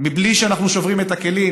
מבלי שאנחנו שוברים את הכלים,